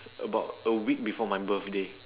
about a week before my birthday